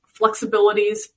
flexibilities